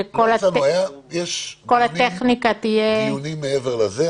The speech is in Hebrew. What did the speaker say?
שכל הטכניקה תהיה --- יש דיונים מעבר לזה,